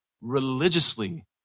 religiously